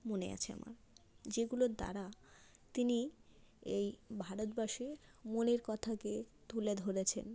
মনে আছে আমার যেগুলোর দ্বারা তিনি এই ভারতবাসীর মনের কথাকে তুলে ধরেছেন